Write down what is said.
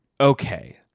Okay